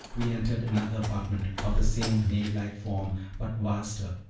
we entered another apartment, of the same nave-like form, but vaster,